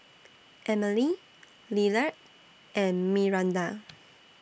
Emilie Lillard and Myranda